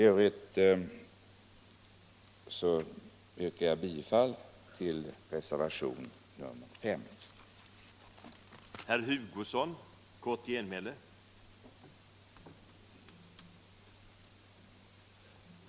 Jag yrkar bifall till reservationen S.